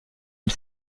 une